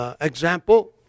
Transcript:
example